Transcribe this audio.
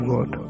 God